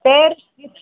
பேர்